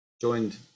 Joined